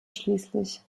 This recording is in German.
schließlich